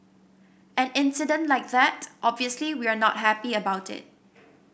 an incident like that obviously we are not happy about it